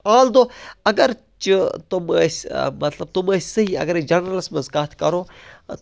آلدو اگر چہِ تٕم ٲسۍ مطلب تم ٲسۍ صحیح اَگر أسۍ جَنَرلَس منٛز کَتھ کَرو